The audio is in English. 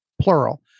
plural